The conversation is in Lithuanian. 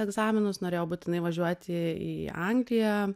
egzaminus norėjau būtinai važiuoti į angliją